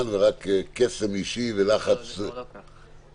ורק קסם אישי ולחץ --- זה כבר לא כך.